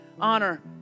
honor